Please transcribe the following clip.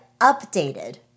updated